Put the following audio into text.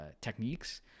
techniques